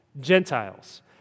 Gentiles